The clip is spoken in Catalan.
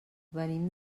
venim